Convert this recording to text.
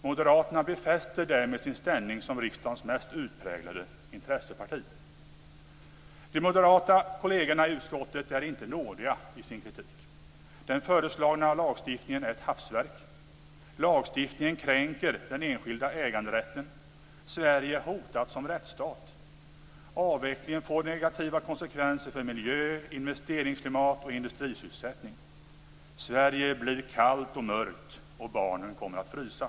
Moderaterna befäster därmed sin ställning som riksdagens mest utpräglade intresseparti. De moderata kollegerna i utskottet är inte nådiga i sin kritik. Den föreslagna lagstiftningen är ett hafsverk. Lagstiftningen kränker den enskilda äganderätten. Sverige är hotat som rättsstat. Avvecklingen får negativa konsekvenser för miljö, investeringsklimat och industrisysselsättning. Sverige blir kallt och mörkt, och barnen kommer att frysa.